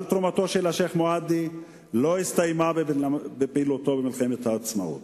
אבל תרומתו של השיח' מועדי לא הסתיימה בפעילותו במלחמת העצמאות.